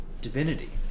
divinity